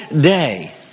day